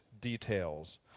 details